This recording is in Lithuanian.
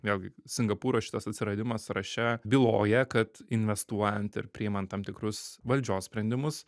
vėlgi singapūras šitas atsiradimas sąraše byloja kad investuojant ir priimant tam tikrus valdžios sprendimus